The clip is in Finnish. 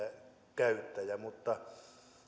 käyttäjä mutta